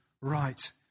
right